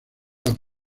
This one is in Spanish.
las